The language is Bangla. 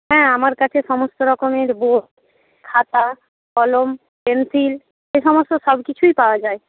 হ্যাঁ আমার কাছে সমস্ত রকমের খাতা কলম পেনসিল এ সমস্ত সব কিছুই পাওয়া যায়